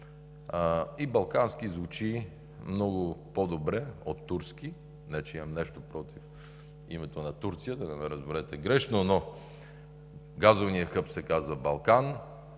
И балкански звучи много по-добре от турски. Не че имам нещо против името на Турция, да не ме разберете грешно, но газовият ни хъб се казва „Балкан“,